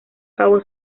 cabo